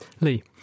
Lee